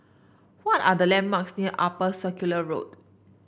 what are the landmarks near Upper Circular Road